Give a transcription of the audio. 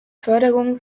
förderung